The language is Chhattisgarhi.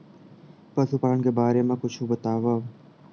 पशुपालन के बारे मा कुछु बतावव?